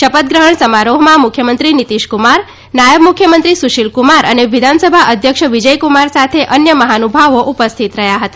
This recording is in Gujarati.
શપથગ્રહણ સમારોહમાં મુખ્યમંત્રી નીતિશ કુમાર નાયબ મુખ્યમંત્રી સુશીલ કુમાર અને વિધાનસભા અધ્યક્ષ વિજયકુમાર સાથે અન્ય મહાનુભાવો ઉપસ્થિત રહ્યા હતા